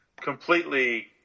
completely